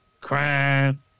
crime